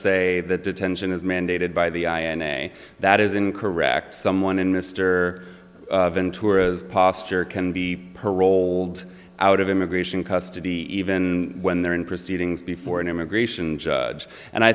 say that detention is mandated by the i a e a that isn't correct someone in mr ventura's posture can be paroled out of immigration custody even when they're in proceedings before an immigration judge and i